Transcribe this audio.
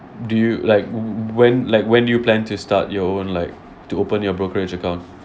do you like wh~ when like when do you plan to start your own like to open your brokerage account